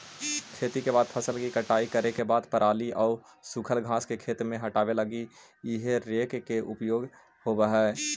खेती के बाद फसल के कटाई करे के बाद पराली आउ सूखल घास के खेत से हटावे लगी हेइ रेक के उपयोग होवऽ हई